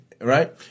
right